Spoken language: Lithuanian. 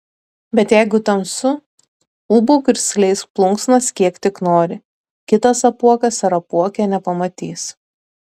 bet jeigu tamsu ūbauk ir skleisk plunksnas kiek tik nori kitas apuokas ar apuokė nepamatys